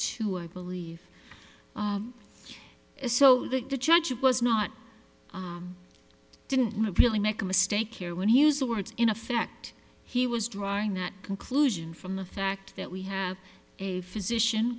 two i believe so that the judge was not didn't really make a mistake here when he used the words in effect he was drawing that conclusion from the fact that we have a physician